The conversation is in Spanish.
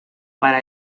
para